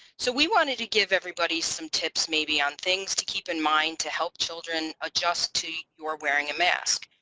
so we wanted to give everybody some tips maybe on things to keep in mind to help children adjust to your wearing a mask.